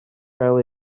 gael